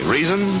Reason